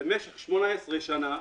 במשך 18 שנים,